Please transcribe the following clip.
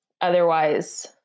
otherwise